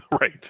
Right